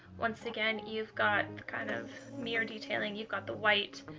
once again you've got kind of mirror detailing. you've got the white.